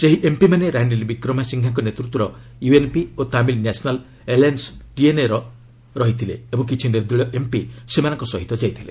ସେହି ଏମ୍ପିମାନେ ରାନୀଲ୍ ବିକ୍ରମାସିଙ୍ଘେଙ୍କ ନେତୃତ୍ୱର ୟୁଏନ୍ପି ଓ ତାମିଲ୍ ନ୍ୟାସନାଲ୍ ଆଲାଏନ୍ସ ଟିଏନ୍ଏର ଥିଲେ ଓ କିଛି ନିର୍ଦଳୀୟ ଏମ୍ପି ସେମାନଙ୍କ ସହ ମଧ୍ୟ ଯାଇଥିଲେ